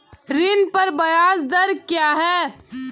ऋण पर ब्याज दर क्या है?